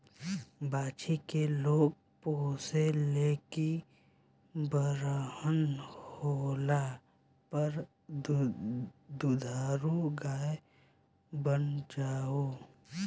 बाछी के लोग पोसे ले की बरहन होला पर दुधारू गाय बन जाओ